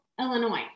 Illinois